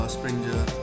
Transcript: Springer